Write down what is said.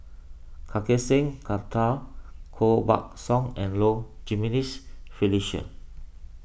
Kartar Singh Thakral Koh Buck Song and Low Jimenez Felicia